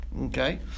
Okay